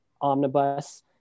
omnibus